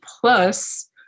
plus